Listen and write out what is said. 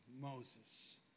Moses